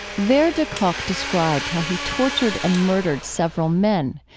there de kock described how he tortured and murdered several men.